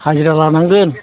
हाजिरा लानांगोन